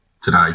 Today